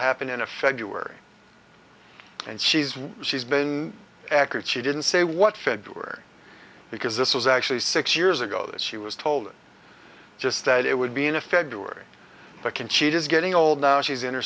happen in a feb and she's rich she's been accurate she didn't say what february because this was actually six years ago that she was told just that it would be in a february i can cheat is getting old now she's in her